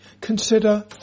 consider